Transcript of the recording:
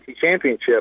championship